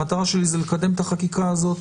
המטרה שלי היא לקדם את החקיקה הזאת.